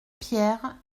pierre